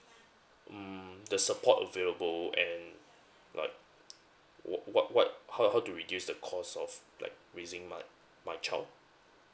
mm the support available and like what what what how how to reduce the cost of like raising my my child